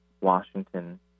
Washington